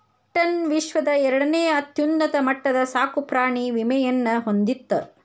Britain ವಿಶ್ವದ ಎರಡನೇ ಅತ್ಯುನ್ನತ ಮಟ್ಟದ ಸಾಕುಪ್ರಾಣಿ ವಿಮೆಯನ್ನ ಹೊಂದಿತ್ತ